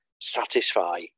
satisfy